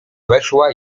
weszła